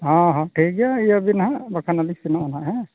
ᱦᱚᱸ ᱦᱚᱸ ᱴᱷᱤᱠ ᱜᱮᱭᱟ ᱤᱭᱟᱹ ᱵᱤᱱ ᱦᱟᱜ ᱵᱟᱠᱷᱟᱱ ᱦᱟᱸᱜ ᱞᱤᱧ ᱥᱮᱱᱚᱜᱼᱟ ᱱᱟᱦᱟᱸᱜ ᱦᱮᱸ